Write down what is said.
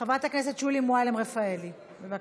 חברת הכנסת שולי מועלם-רפאלי, בבקשה,